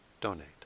donate